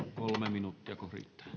minuuttiako riittää